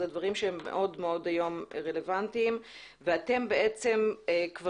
אלה דברים שהם מאוד מאוד רלוונטיים היום ואני מבינה שאתם כבר